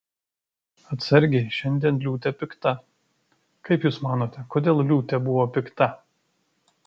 atsargiai šiandien liūtė pikta kaip jūs manote kodėl liūtė buvo pikta